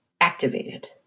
activated